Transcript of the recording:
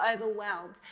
overwhelmed